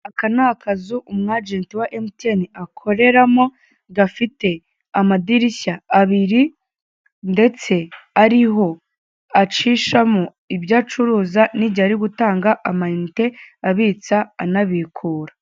Aka ni akazu umu agent wa MTN akoreramo, gafite amadirishya abiri ndetse ariho acishamo ibyo acuruza n'igi ari gutanga amante abitsa anabikura.